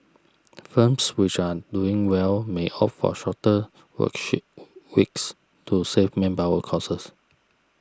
firms which are doing well may opt for shorter work sheet weeks to save manpower causes